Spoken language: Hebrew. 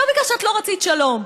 לא בגלל שאת לא רצית שלום,